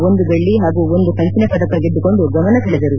ಒಂದು ಬೆಳ್ಳಿ ಹಾಗೂ ಒಂದು ಕಂಚಿನ ಪದಕ ಗೆದ್ದುಕೊಂಡು ಗಮನ ಸೆಳೆದರು